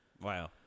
Wow